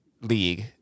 league